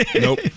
Nope